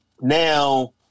now